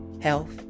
health